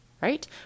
right